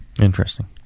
Interesting